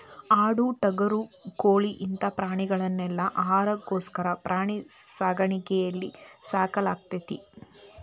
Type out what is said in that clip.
ಆಡು ಟಗರು ಕೋಳಿ ಇಂತ ಪ್ರಾಣಿಗಳನೆಲ್ಲ ಆಹಾರಕ್ಕೋಸ್ಕರ ಪ್ರಾಣಿ ಸಾಕಾಣಿಕೆಯಲ್ಲಿ ಸಾಕಲಾಗ್ತೇತಿ